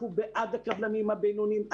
אנחנו בעד הקבלנים הבינוניים,